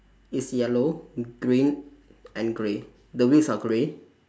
it's yellow green and grey the wheels are grey